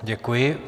Děkuji.